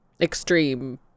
extreme